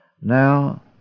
Now